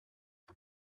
did